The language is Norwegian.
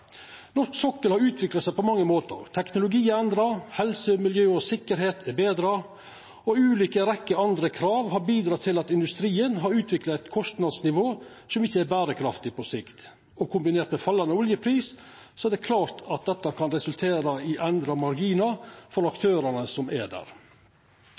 Norsk sokkel har utvikla seg på mange måtar. Teknologien er endra, helse, miljø og sikkerheit er betra, og ei rekkje ulike andre krav har bidrege til at industrien har utvikla eit kostnadsnivå som ikkje er berekraftig på sikt. Kombinert med fallande oljepris er det klart at dette kan resultera i endra marginar for aktørane som er der.